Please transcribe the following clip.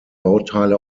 bauteile